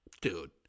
Dude